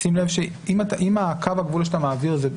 שים לב שאם קו הגבול שאתה מעביר זאת